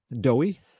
Doughy